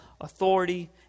authority